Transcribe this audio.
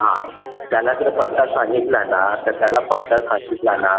हां त्याला जर पत्ता सांगितला ना तर त्याला पत्ता सांगितला ना